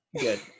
good